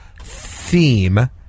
theme